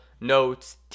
notes